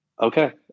okay